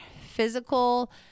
physical